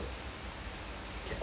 also can ah